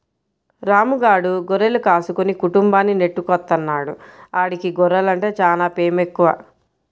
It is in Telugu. రాము గాడు గొర్రెలు కాసుకుని కుటుంబాన్ని నెట్టుకొత్తన్నాడు, ఆడికి గొర్రెలంటే చానా పేమెక్కువ